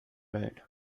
mölln